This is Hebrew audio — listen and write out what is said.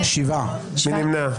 מי נמנע?